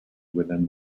within